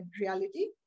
reality